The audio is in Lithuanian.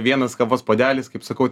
vienas kavos puodelis kaip sakau